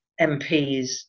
mps